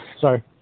Sorry